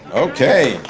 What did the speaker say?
okay,